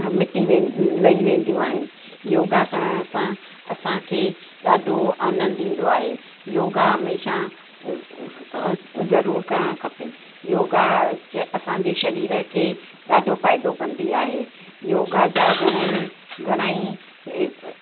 मिटी लही वेंदियूं आहिनि योगा करण सां असांखे ॾाढो आनंद ईंदो आहे योगा हमेशह जरूर करणु खपे योगा असांजे शरीर खे ॾाढो फ़ाइदो कंदी आहे योगा जा घणेई घणेई